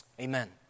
Amen